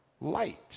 light